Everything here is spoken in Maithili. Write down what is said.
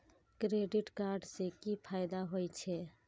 क्रेडिट कार्ड से कि फायदा होय छे?